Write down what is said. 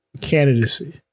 Candidacy